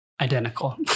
Identical